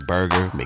Burger